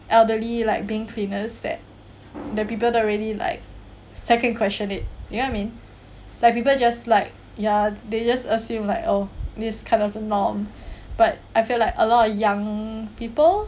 elderly like being cleaners that the people don't really like sacking question it you know what I mean like people just like ya they just assume like oh this is kind of a norm but I feel like a lot of young people